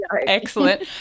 excellent